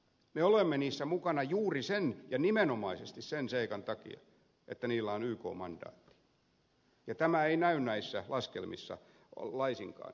me olemme niissä mukana juuri sen ja nimenomaisesti sen seikan takia että niillä on yk mandaatti ja tämä ei näy näissä laskelmissa laisinkaan